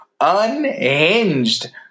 Unhinged